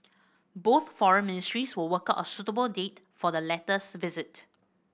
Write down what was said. both foreign ministries will work out a suitable date for the latter's visit